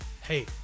hey